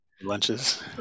lunches